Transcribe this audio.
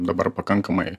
dabar pakankamai